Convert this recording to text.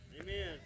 Amen